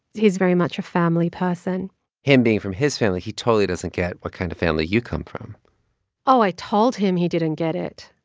he's very much a family person him being from his family, he totally doesn't get what kind of family you come from oh, i told him he didn't get it.